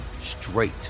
straight